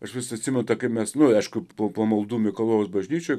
aš vis atsimenu tą kaip mes nu aišku po pamaldų mikalojaus bažnyčioj